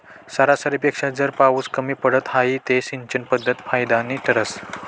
सरासरीपेक्षा जर पाउस कमी पडत व्हई ते सिंचन पध्दत फायदानी ठरस